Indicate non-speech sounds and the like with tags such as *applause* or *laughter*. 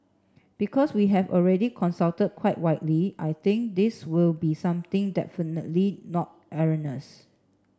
because we have already consulted quite widely I think this will be something definitely not *unintelligible*